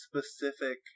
specific